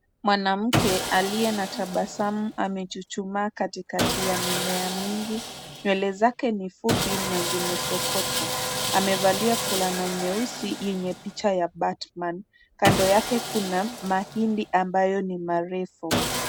Mwanamke aliyetabasamu anachuchumaa katikati ya mimea mingi nywele zake ni fupi na zimesokotwa , amevalia fulana nyeusi yenye picha ya batman kando yake kuna mahindi ambayo ni marefu.